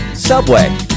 Subway